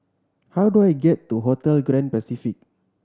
how do I get to Hotel Grand Pacific